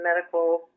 medical